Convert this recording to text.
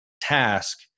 task